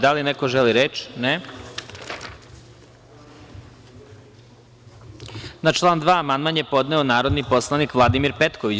Da li neko želi reč? (Ne.) Na član 2. amandman je podneo narodni poslanik Vladimir Petković.